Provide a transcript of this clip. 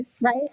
right